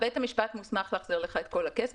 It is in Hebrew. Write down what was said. בית המשפט מוסמך להחזיר לך את כל הכסף.